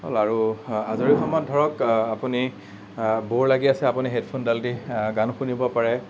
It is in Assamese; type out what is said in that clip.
আৰু আজৰি সময়ত ধৰক আপুনি ব'ৰ লাগি আছে আপুনি হেডফোনডাল দি গান শুনিব পাৰে